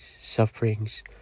sufferings